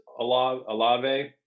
Alave